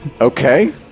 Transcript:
Okay